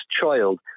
child